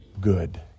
good